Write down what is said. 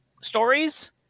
stories